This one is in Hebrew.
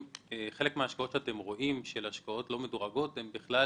חלק מההשקעות שאתם רואים של השקעות לא מדורגות הן בכלל